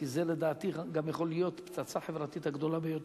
כי לדעתי זה גם יכול להיות פצצה חברתית גדולה ביותר.